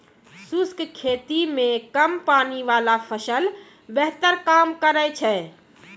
शुष्क खेती मे कम पानी वाला फसल बेहतर काम करै छै